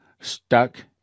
stuck